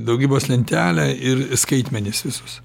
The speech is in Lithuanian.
daugybos lentelę ir skaitmenis visus